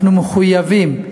אנחנו מחויבים,